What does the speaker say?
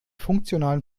funktionalen